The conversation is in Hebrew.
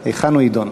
לקריאה ראשונה.